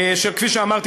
כפי שאמרתי,